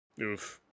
oof